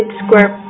square